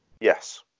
Yes